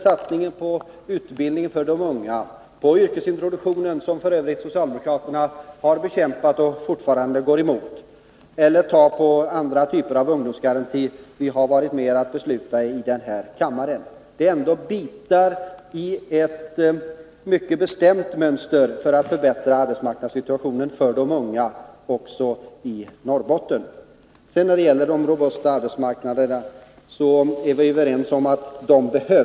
satsningen på utbildning för de unga samt yrkesintroduktionen, som f. ö. socialdemokraterna har bekämpat och fortfarande går emot. Även andra typer av ungdomsgarantier har beslutats i denna kammare. Det är bitar iett mycket bestämt mönster för att förbättra arbetsmarknadssituationen för de unga också i Norrbotten. Att de robusta arbetsmarknaderna behövs är vi väl överens om.